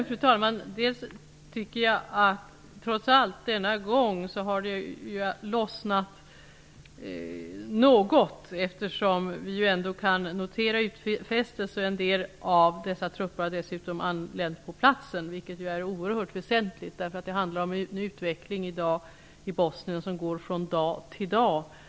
Fru talman! Jag tycker trots allt att det denna gång har lossnat något. Vi kan ändå notera de utfästelser som jag talade om. En del av trupperna har dessutom anlänt på platsen, vilket är mycket betydelsefullt. Det handlar om en utveckling i Bosnien som kan ändras från en dag till en annan.